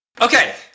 Okay